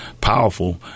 Powerful